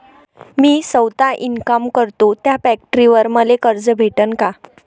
मी सौता इनकाम करतो थ्या फॅक्टरीवर मले कर्ज भेटन का?